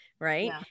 Right